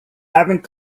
having